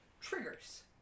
triggers